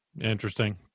Interesting